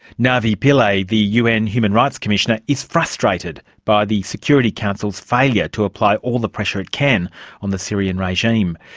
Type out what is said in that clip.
navi pillay, the un human rights commissioner, is frustrated by the security council's failure to apply all the pressure it can on the syrian regime.